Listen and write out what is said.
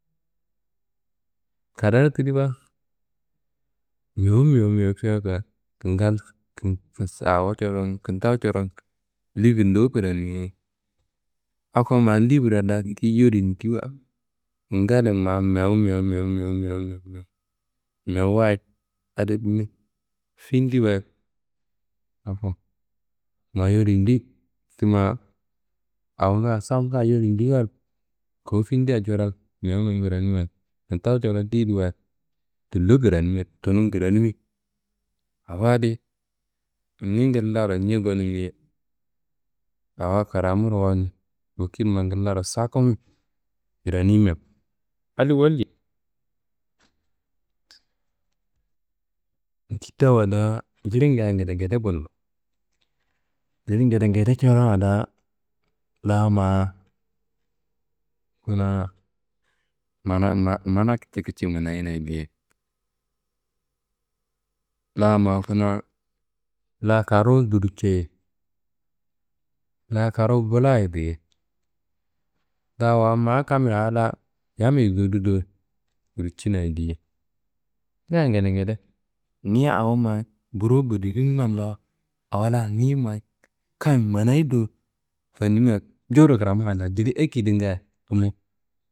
Kadaro tidi ba, mewu mewu mewu fiyaka. Kingal awo coron kintawu coron livir ndowu kranimi yeyi. Ako ma livira da ki yoru yindiwa, kingallin ma mewu mewu mewu mewu mewu mewu mewu. Mewu wayi adi me, findi wayi ako ma yor yindi ti ma awo la safnga yor yindi wayi kowu findia coron mewu mewu kranimiwa kintawu coron ndeyedi wayi tullo kranimi, tunumu kranimi. Awo adi ni ngillaro ñea konimiye awo kramuro walj wokinima ngillaro sakum kranimia adi walji. Kitawuwa da jilinga ngedengede bundo, jili ngedengede corowa da la ma kuna mananumma mana kici kici manayinaye diye. La ma kuna la karuwu durcei, la karuwu blaye diye, da wa ma kammiyi a la yammiyi zodudo gulcinaye diye ngaaye ngedengede, niyi awo ma burowu bodiko kalla awo la niyi ma kam manayi do fannimiwa jowuro kramuwa jili akidinga.